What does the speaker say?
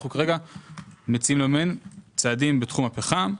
אנחנו כרגע מציעים לממן צעדים בתחום הפחם,